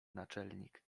naczelnik